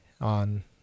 on